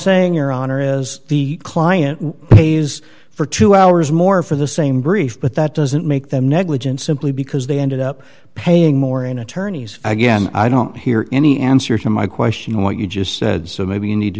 your honor as the client pays for two hours more for the same brief but that doesn't make them negligent simply because they ended up paying more in attorney's again i don't hear any answer to my question what you just said so maybe you need to